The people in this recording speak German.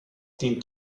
dient